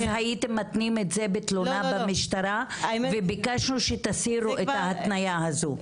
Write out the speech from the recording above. אז הייתם מתנים את זה בתלונה במשטרה וביקשנו שתסירו את ההתניה הזו,